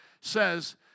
says